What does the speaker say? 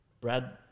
Brad